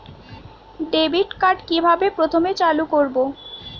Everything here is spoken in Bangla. ডেবিটকার্ড কিভাবে প্রথমে চালু করব?